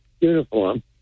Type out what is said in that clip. uniform